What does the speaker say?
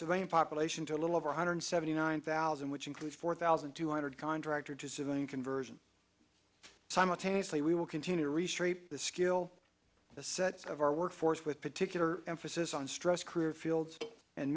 civilian population to a little over one hundred seventy nine thousand which includes four thousand two hundred contractor to civilian conversion simultaneously we will continue to reshape the skill sets of our workforce with particular emphasis on stress career fields and